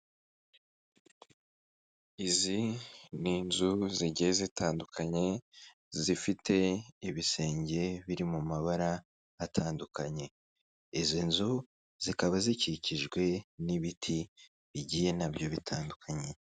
Izi ni inzu zigiye zitandukanye zifite ibisenge biri mu mabara atandukanye, izi nzu zikaba zikikijwe n'ibiti bigiye na byo bitandukanye.